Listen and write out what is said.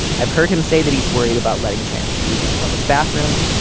i've heard him say that he's worried about letting trans people use public bathrooms.